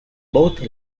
both